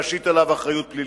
כדי להשית עליו אחריות פלילית.